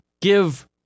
give